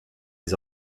les